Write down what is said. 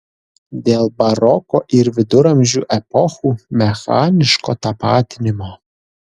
dėl baroko ir viduramžių epochų mechaniško tapatinimo